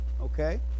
Okay